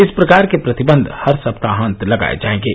इस प्रकार के प्रतिबंध हर सप्ताहंत लगाए जाएंगे